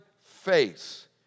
face